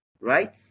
right